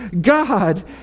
God